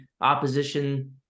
opposition